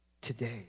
today